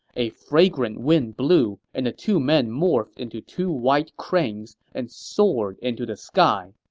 a fragrant wind blew, and the two men morphed into two white cranes and soared into the sky.